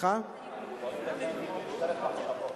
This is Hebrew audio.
קוראים לזה "משטרת מחשבות".